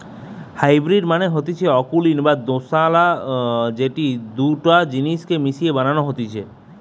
hybrid মানে হতিছে অকুলীন বা দোআঁশলা যেটি দুটা জিনিস কে মিশিয়ে বানানো হতিছে